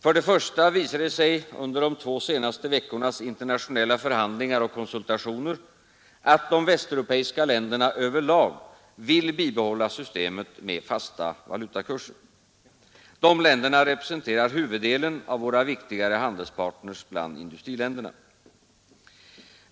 För det första visade det sig under de två senaste veckornas internationella förhandlingar och konsultationer att de västeuropeiska länderna över lag vill bibehålla systemet med fasta valutakurser. Dessa länder representerar huvuddelen av våra viktigare handelspartner bland industriländerna.